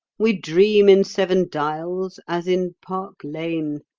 we dream in seven dials as in park lane.